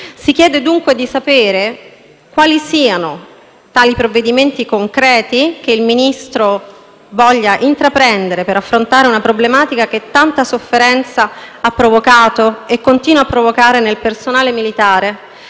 si chiede dunque di sapere quali siano tali provvedimenti concreti che il Ministro intende intraprendere per affrontare una problematica che tanta sofferenza ha provocato e continua a provocare nel personale militare,